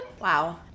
wow